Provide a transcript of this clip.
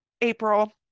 April